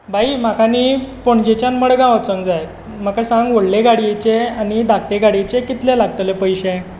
भाई म्हाका न्ही पणजेच्यान मडगांव वचूंक जाय म्हाक सांग व्हडले गाडयेचे आनी धाकटे गाड्येचे कितले लागतले पयशे